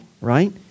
right